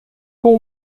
com